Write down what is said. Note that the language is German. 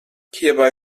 hierbei